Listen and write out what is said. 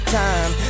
time